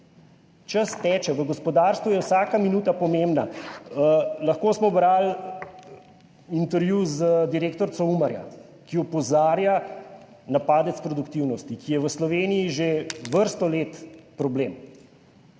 čas teče, v gospodarstvu je vsaka minuta pomembna, Lahko smo brali intervju z direktorico Umarja, ki opozarja na padec produktivnosti, ki je v Sloveniji že vrsto let problem.